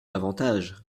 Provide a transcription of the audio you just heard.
davantage